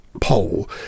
poll